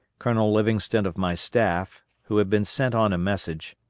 colonel livingston of my staff, who had been sent on a message,